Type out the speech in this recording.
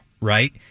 right